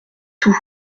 tout